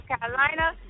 Carolina